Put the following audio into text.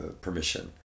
permission